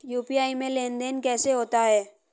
UPI में लेनदेन कैसे होता है?